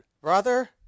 brother